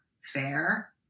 fair